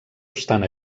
obstant